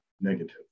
negatively